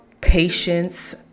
Patience